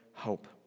hope